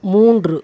மூன்று